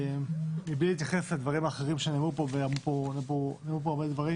מבלי להתייחס לדברים האחרים שנאמרו פה ואמרו פה הרבה דברים